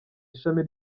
ishami